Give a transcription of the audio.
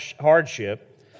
hardship